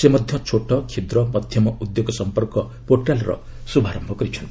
ସେ ମଧ୍ୟ ଛୋଟ କ୍ଷୁଦ୍ର ମଧ୍ୟମ ଉଦ୍ୟୋଗ ସମ୍ପର୍କ ପୋର୍ଟାଲ୍ର ଶୁଭାରମ୍ଭ କରିଚ୍ଛନ୍ତି